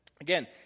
Again